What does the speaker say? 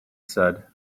said